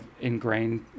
ingrained